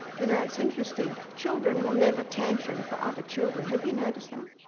do you know it's interesting children will never tantrum for other children. have you noticed that?